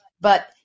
but-